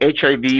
HIV